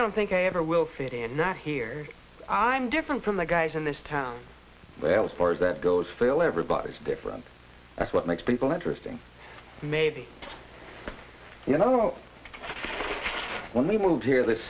don't think i ever will fit in here on i'm different from the guys in this town but as far as that goes fail everybody's different that's what makes people interesting maybe you know when we moved here this